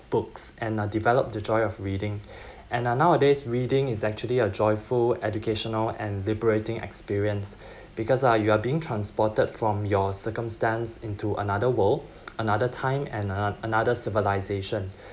books and develop the joy of reading and uh nowadays reading is actually a joyful educational and liberating experience because ah you are being transported from your circumstance into another world another time and uh another civilisation